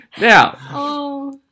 Now